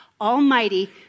Almighty